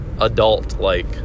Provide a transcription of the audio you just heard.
adult-like